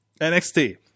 NXT